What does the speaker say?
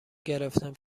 گرفتم